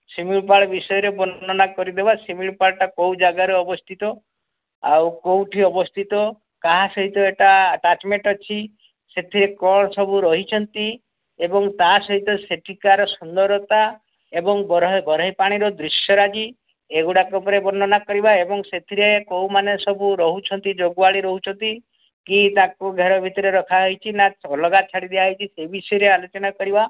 ଶିମିଳିପାଳ ବିଷୟରେ ବର୍ଣ୍ଣନା କରିଦେଵା ଶିମିଳିପାଳଟା କେଉଁ ଜାଗାରେ ଅବସ୍ଥିତ ଆଉ କେଉଁଠି ଅବସ୍ଥିତ କାହା ସହିତ ଏଇଟା ଆଟାଚମେଣ୍ଟ୍ ଅଛି ସେଥିରେ କ'ଣ ସବୁ ରହିଛନ୍ତି ଏବଂ ତା' ସହିତ ସେଠିକାର ସୁନ୍ଦରତା ଏବଂ ବରାହ ବରେହି ପାଣିର ଦୃଶ୍ୟରାଗୀ ଏଗୁଡ଼ାକ ଉପରେ ବର୍ଣ୍ଣନା କରିବା ଏବଂ ସେଥିରେ କେଉଁମାନେ ସବୁ ରହୁଛନ୍ତି ଜଗୁଆଳି ରହୁଛନ୍ତି କି ତାକୁ ଘେର ଭିତରେ ରଖାହେଇକି ନା ଅଲଗା ଛାଡ଼ି ଦିଆହେଇଛି ସେ ବିଷୟରେ ଆଲୋଚନା କରିବା